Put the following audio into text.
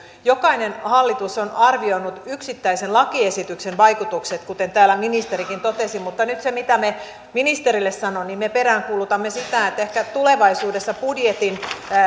jokainen hallitus on arvioinut yksittäisen lakiesityksen vaikutukset kuten täällä ministerikin totesi mutta nyt se mitä ministerille sanon me peräänkuulutamme sitä että ehkä tulevaisuudessa budjetin